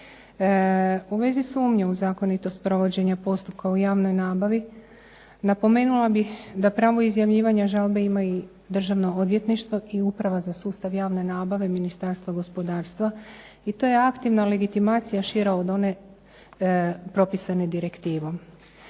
U vezi sumnje u zakonitost provođenja postupka u javnoj nabavi napomenula bih da pravo izjavljivanja žalbe ima i Državno odvjetništvo i Uprava za sustav javne nabave Ministarstva gospodarstva i to je aktivna legitimacija šira od one propisane direktivom.